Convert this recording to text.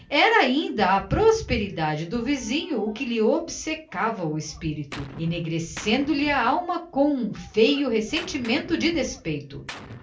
era ainda a prosperidade do vizinho o que lhe obsedava o espírito enegrecendo lhe a alma com um feio ressentimento de despeito